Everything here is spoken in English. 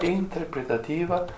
interpretativa